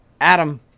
Adam